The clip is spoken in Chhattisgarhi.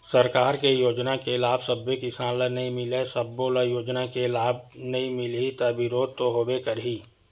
सरकार के योजना के लाभ सब्बे किसान ल नइ मिलय, सब्बो ल योजना के लाभ नइ मिलही त बिरोध तो होबे करही